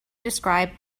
describe